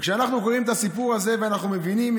כשאנחנו רואים את הסיפור הזה אנחנו מבינים: